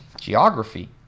geography